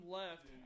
left